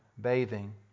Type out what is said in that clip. bathing